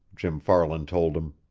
jim farland told him.